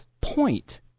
point